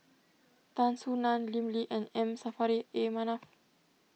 Tan Soo Nan Lim Lee and M Saffri A Manaf